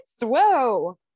whoa